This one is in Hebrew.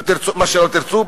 מה שלא תרצו.